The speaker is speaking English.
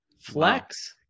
Flex